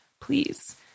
Please